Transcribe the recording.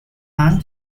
and